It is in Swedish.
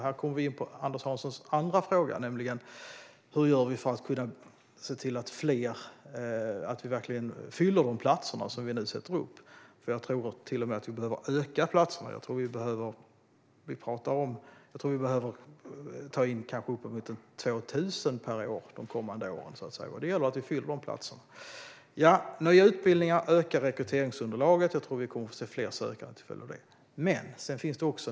Här kommer vi in på Anders Hanssons andra fråga, nämligen hur vi gör för att verkligen fylla de platser som finns. Jag tror att vi kommer att behöva öka antalet platser och ta in uppemot 2 000 per år de kommande åren, och då gäller det att fylla dessa platser. Jag tror att vi kommer att se fler sökande till följd av nya utbildningar och ökat rekryteringsunderlag.